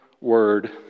word